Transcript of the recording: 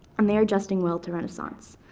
and they are adjusting well to renaissance.